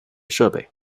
设备